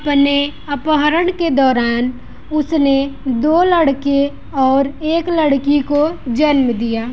अपने अपहरण के दौरान उसने दो लड़कें और एक लड़की को जन्म दिया